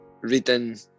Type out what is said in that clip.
reading